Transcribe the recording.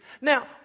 Now